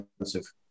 expensive